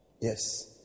Yes